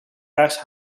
بخشی